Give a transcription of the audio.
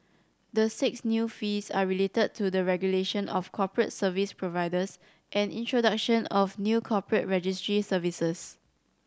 the six new fees are related to the regulation of corporate service providers and introduction of new corporate registry services